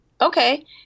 okay